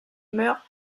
meurent